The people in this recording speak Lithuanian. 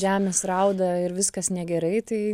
žemės rauda ir viskas negerai tai